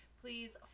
please